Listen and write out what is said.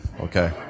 Okay